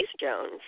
Jones